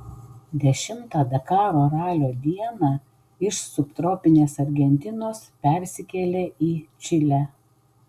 dešimtą dakaro ralio dieną lenktynės iš subtropinės argentinos persikėlė į čilę